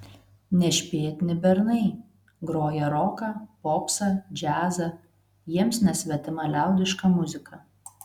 nešpėtni bernai groja roką popsą džiazą jiems nesvetima liaudiška muzika